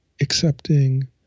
accepting